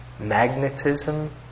magnetism